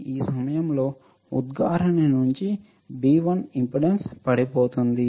ఈ సమయంలో ఉద్గారిణి నుంచి B1 ఇంపెడెన్స్ పడిపోతుంది